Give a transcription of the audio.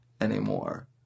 anymore